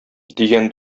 дигән